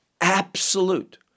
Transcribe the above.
absolute